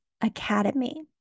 Academy